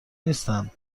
نیستند